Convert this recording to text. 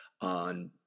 on